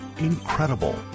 Incredible